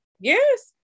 Yes